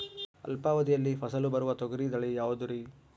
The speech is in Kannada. ಅಲ್ಪಾವಧಿಯಲ್ಲಿ ಫಸಲು ಬರುವ ತೊಗರಿ ತಳಿ ಯಾವುದುರಿ?